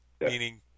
Meaning